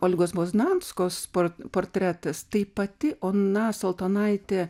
olgos poznanskos port portretas tai pati ona saltonaitė